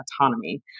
autonomy